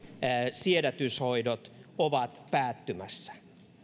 siedätyshoidot ovat päättymässä